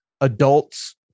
adults